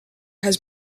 has